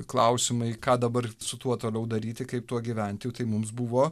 klausimai ką dabar su tuo toliau daryti kaip tuo gyventi tai mums buvo